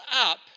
up